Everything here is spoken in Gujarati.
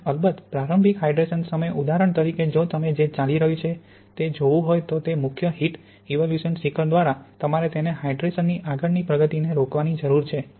અને અલબત્ત પ્રારંભિક હાઇડ્રેશન સમયે ઉદાહરણ તરીકે જો તમે જે ચાલી રહ્યું છે તે જોવું હોય તો તે મુખ્ય હીટ ઇવોલ્યુશન શિખર દ્વારા તમારે તેને હાઇડ્રેશનની આગળની પ્રગતિને રોકવાની જરૂર છે